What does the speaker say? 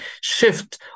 shift